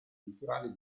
culturali